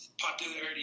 popularity